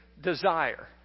desire